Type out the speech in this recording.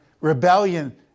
Rebellion